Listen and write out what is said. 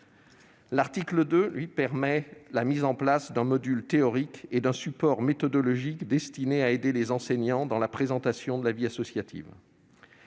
L'article 2 permet la mise en place d'un module théorique et d'un support méthodologique destinés à aider les enseignants dans la présentation de la vie associative.